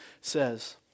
says